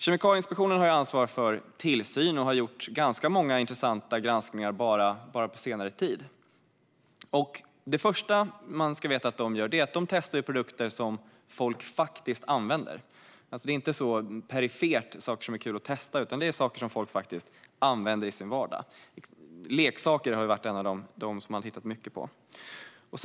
Kemikalieinspektionen har ansvar för tillsyn och har gjort ganska många intressanta granskningar bara på senare tid. Det första man ska veta är att de testar produkter som folk faktiskt använder. Det är inte perifera saker som är kul att testa, utan det är saker som folk faktiskt använder i sin vardag. Bland annat leksaker har man tittat mycket på.